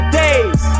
days